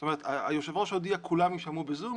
זאת אומרת היו"ר הודיע שכולם יישמעו ב"זום"